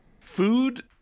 food